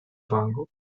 vango